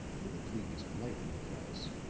with a pleased light in his eyes.